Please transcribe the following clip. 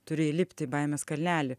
turi įlipti į baimės kalnelį